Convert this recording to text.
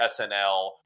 SNL